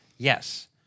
Yes